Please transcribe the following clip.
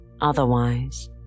Otherwise